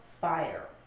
fire